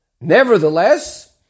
Nevertheless